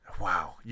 Wow